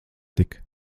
tik